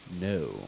no